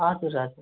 हजुर हजुर